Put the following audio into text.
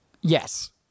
Yes